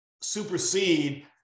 supersede